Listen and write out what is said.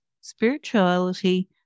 spirituality